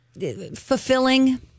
Fulfilling